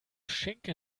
schinken